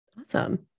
Awesome